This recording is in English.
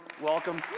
welcome